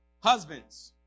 Husbands